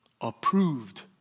approved